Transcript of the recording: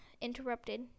interrupted